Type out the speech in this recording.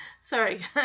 Sorry